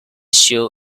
show